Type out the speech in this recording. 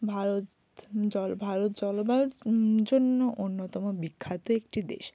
ভারত জল ভারত জলবায়ুর জন্য অন্যতম বিখ্যাত একটি দেশ